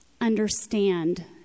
understand